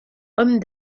homme